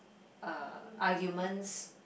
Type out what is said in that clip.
uh arguments